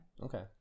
Okay